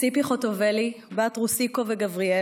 מה שנותר לנו זה להזמין את חברת הכנסת ציפי חוטובלי להצהרת אמונים.